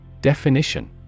Definition